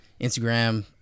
Instagram